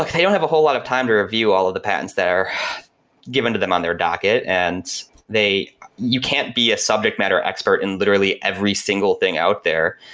like they don't have a whole lot of time to review all of the patents they're given to them on their docket. and you can't be a subject matter expert in literally every single thing out there,